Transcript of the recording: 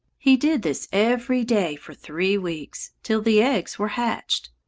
he did this every day for three weeks, till the eggs were hatched.